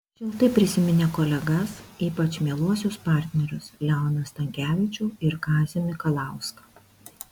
šiltai prisiminė kolegas ypač mieluosius partnerius leoną stankevičių ir kazį mikalauską